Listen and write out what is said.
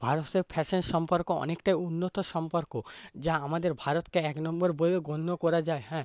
ভারতের ফ্যাশন সম্পর্ক অনেকটাই উন্নত সম্পর্ক যা আমাদের ভারতকে এক নম্বর বলেও গণ্য করা যায় হ্যাঁ